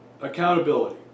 accountability